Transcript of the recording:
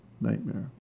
nightmare